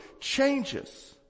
changes